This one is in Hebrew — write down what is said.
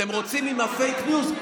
אתם רוצים להמשיך עם הפייק ניוז?